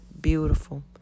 beautiful